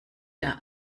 der